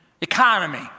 Economy